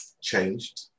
changed